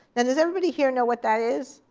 and does everybody here know what that is?